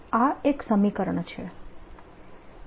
આ એક સમીકરણ છે